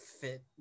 fit